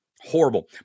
Horrible